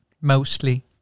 Mostly